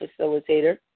facilitator